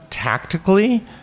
Tactically